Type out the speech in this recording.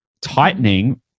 tightening